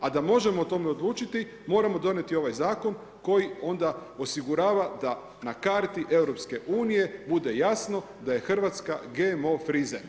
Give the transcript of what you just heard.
A da možemo o tome odlučiti moramo donijeti ovaj zakon koji onda osigurava da na karti EU bude jasno da je Hrvatska GMO free zemlja.